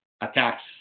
attacks